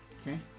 okay